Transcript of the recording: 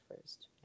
first